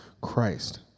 Christ